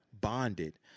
bonded